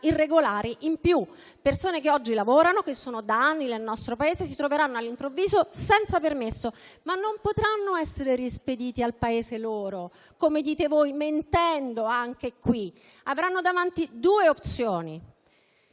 irregolari in più: persone che oggi lavorano e che sono da anni nel nostro Paese si troveranno all'improvviso senza permesso, ma non potranno essere rispedite al Paese loro, come dite voi, mentendo anche in questo caso. Avranno davanti due opzioni: